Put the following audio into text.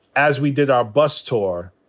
as we did our bus tour,